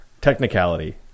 Technicality